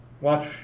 watch